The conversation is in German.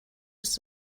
ist